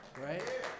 right